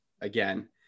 again